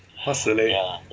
怕死